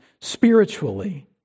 spiritually